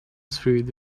through